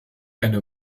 eine